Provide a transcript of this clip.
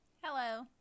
Hello